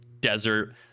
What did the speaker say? desert